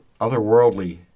otherworldly